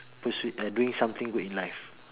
pursue uh doing something good in life